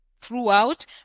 throughout